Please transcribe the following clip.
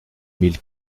mille